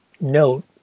Note